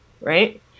right